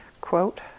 quote